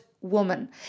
woman